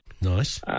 Nice